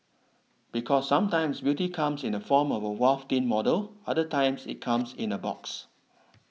because sometimes beauty comes in the form of a waif thin model other times it comes in a box